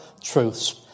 truths